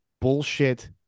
bullshit